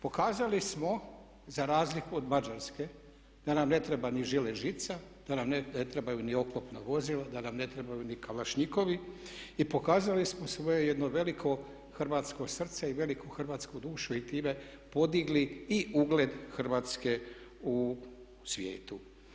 Pokazali smo za razliku od Mađarske da nam ne treba ni žilet žica, da nam ne trebaju ni oklopna vozila, da nam ne trebaju ni kalašnjikovi i pokazali smo svoje jedno veliko hrvatsko srce i veliku hrvatsku dušu i time podigli i ugled Hrvatske u svijetu.